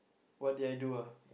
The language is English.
what did I do ah